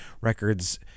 records